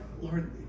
Lord